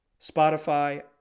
Spotify